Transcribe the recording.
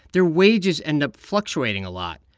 their wages end up fluctuating a lot.